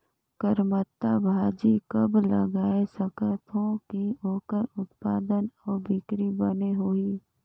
करमत्ता भाजी कब लगाय सकत हो कि ओकर उत्पादन अउ बिक्री बने होही?